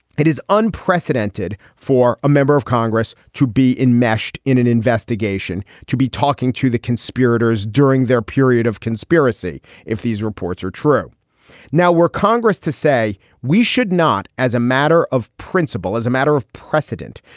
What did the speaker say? it is unprecedented for a member of congress to be enmeshed in an investigation, to be talking to the conspirators during their period of conspiracy. if these reports are true now, we're congress to say we should not, as a matter of principle, as a matter of precedent,